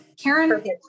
karen